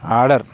order